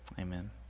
Amen